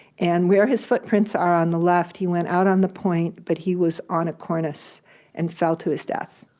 and where his footprints are on the left, he went out on the point, but he was on a cornice and fell to his death.